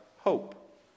hope